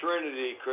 trinity